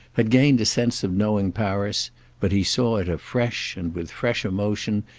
had gained a sense of knowing paris but he saw it afresh, and with fresh emotion,